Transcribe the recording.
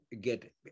get